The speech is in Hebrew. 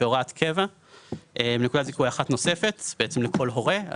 כהוראת קבע; נקודת זיכוי אחת נוספת לכל הורה,